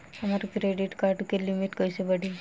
हमार credit card के limit कइसे बढ़ी?